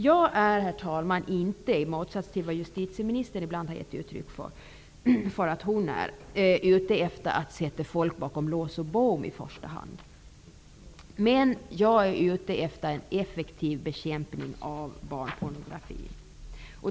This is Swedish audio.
Herr talman! Jag är inte, i motsats till vad justitieministern ibland har gett uttryck för, ute efter att sätta folk bakom lås och bom i första hand. Men jag är ute efter en effektiv bekämpning av barnpornografi.